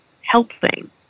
helping